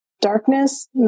darkness